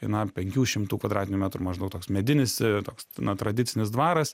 na penkių šimtų kvadratinių metrų maždaug toks medinis toks na tradicinis dvaras